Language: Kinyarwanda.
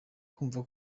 kumva